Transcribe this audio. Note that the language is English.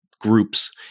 groups